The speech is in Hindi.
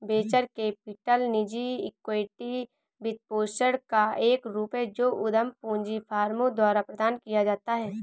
वेंचर कैपिटल निजी इक्विटी वित्तपोषण का एक रूप है जो उद्यम पूंजी फर्मों द्वारा प्रदान किया जाता है